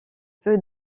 peu